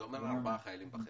זה אומר 4 חיילים בדירה.